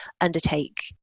undertake